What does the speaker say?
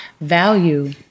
Value